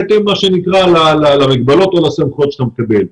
בהתאם למה שנקרא למגבלות או לסמכויות שאתה מקבל.